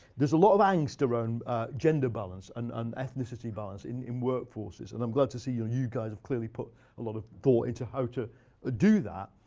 there's a lot of angst around gender balance and and ethnicity balance in in work forces. and i'm glad to see you you guys have clearly put a lot of thought into how to do that.